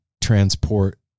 transport